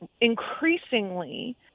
increasingly